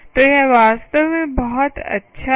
तो यह वास्तव में बहुत अच्छा है